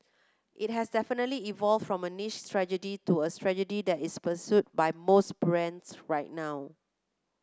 it has definitely evolved from a niche strategy to a strategy that is pursued by most brands right now